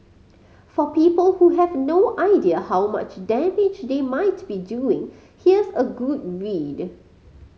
for people who have no idea how much damage they might be doing here's a good read